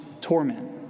torment